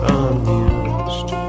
amused